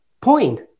point